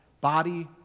body